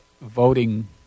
voting